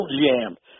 jammed